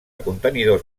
contenidors